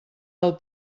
del